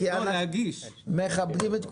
אנחנו מכבדים את כולם.